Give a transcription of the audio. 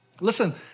Listen